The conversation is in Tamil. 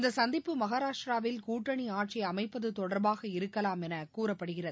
இந்த சந்திப்பு மனராஷ்டிராவில் கூட்டணி ஆட்சி அமைப்பது தொடர்பாக இருக்கலாம் என கூறப்படுகிறது